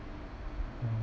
uh